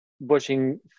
bushing